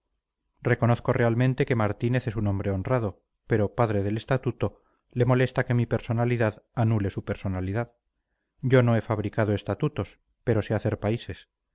reconozco realmente que martínez es un hombre honrado pero padre del estatuto le molesta que mi personalidad anule su personalidad yo no he fabricado estatutos pero sé hacer países